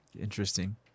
Interesting